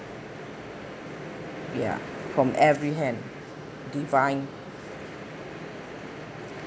ya from every hand divine